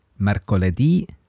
Mercoledì